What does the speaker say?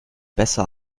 besser